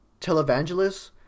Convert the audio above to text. televangelists